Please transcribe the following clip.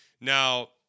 Now